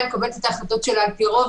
היא מקבלת את ההחלטות שלה לפי רוב,